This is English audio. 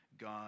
God